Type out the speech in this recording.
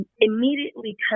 immediately